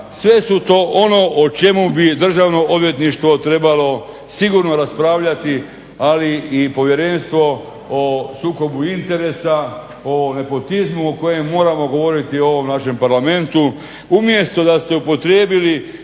Sve je to ono o čemu bi Državno odvjetništvo trebalo sigurno raspravljati ali i Povjerenstvo o sukobu interesa o nepotizmu o kojem moramo govoriti u ovom našem Parlamentu. Umjesto da ste upotrijebili